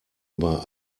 über